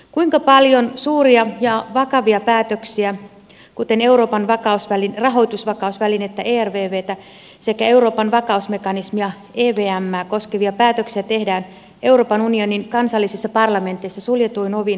kuinka paljon suuria ja vakavia päätöksiä kuten euroopan rahoitusvakausvälinettä ervvtä sekä euroopan vakausmekanismia evmää koskevia päätöksiä tehdään euroopan unionin kansallisissa parlamenteissa suljetuin ovin ja korvin